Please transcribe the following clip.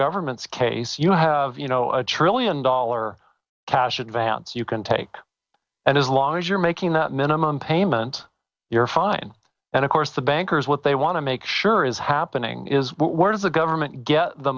government's case you have you know a trillion dollar cash advance you can take and as long as you're making the minimum payment you're fine and of course the bankers what they want to make sure is happening is where does the government get the